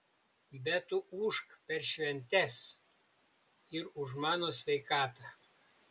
bet tu ūžk per šventes ir už mano sveikatą